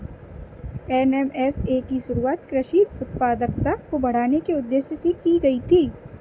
NMSA की शुरुआत कृषि उत्पादकता को बढ़ाने के उदेश्य से की गई थी